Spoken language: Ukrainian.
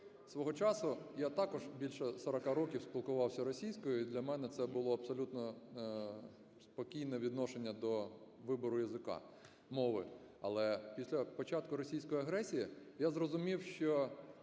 Свого часу я також більше 40 років спілкувався російською і для мене це було абсолютно спокійне відношення до виборуязыка, мови, але після початку російської агресії я зрозумів, що